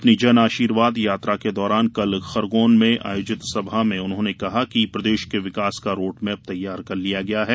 अपनी जन आशीर्वाद यात्रा के दौरान कल खरगौन में आयोजित सभा में उन्होंने कहा कि प्रदेश के विकास का रोडमैप तैयार कर लिया गया है